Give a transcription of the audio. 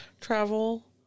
travel